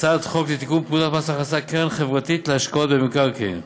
לתיקון פקודת מס הכנסה (קרן חברתית להשקעות במקרקעין),